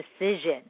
decision